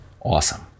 Awesome